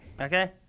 Okay